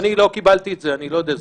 לא קיבלתי את זה, לא יודע.